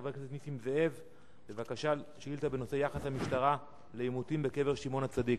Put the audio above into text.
של חבר הכנסת נסים זאב בנושא: יחס המשטרה לעימותים בקבר שמעון הצדיק.